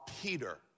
Peter